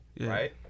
right